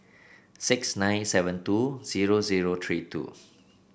six nine seven two zero zero three two